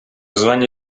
звані